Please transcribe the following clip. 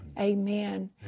Amen